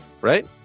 Right